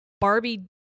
barbie